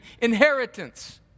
inheritance